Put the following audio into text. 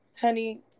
honey